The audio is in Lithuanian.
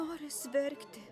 noris verkti